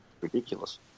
Ridiculous